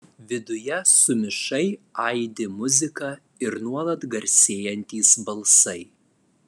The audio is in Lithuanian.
viduje sumišai aidi muzika ir nuolat garsėjantys balsai